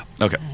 Okay